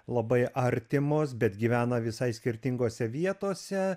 labai artimos bet gyvena visai skirtingose vietose